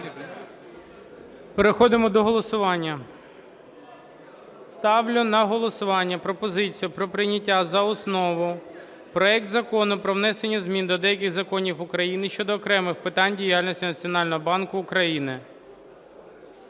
Переходимо до голосування. Ставлю на голосування пропозицію про прийняття за основу проекту Закону про внесення змін до деяких законів України щодо окремих питань діяльності Національного банку України